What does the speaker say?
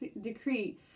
decree